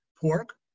pork